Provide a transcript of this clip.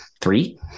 three